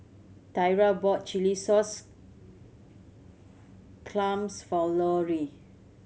Tyra bought chilli sauce clams for Lorrie